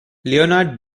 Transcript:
leonard